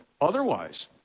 otherwise